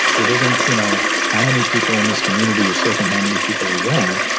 it isn't. you know how many people in this community are sick and how many people are? well,